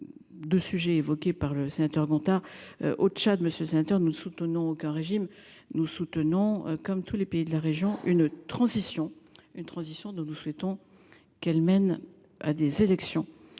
De sujets évoqués par le sénateur Gontard au Tchad Monsieur sénateur nous ne soutenons aucun régime nous soutenons comme tous les pays de la région une transition une transition dont nous souhaitons qu'elle mène à des élections.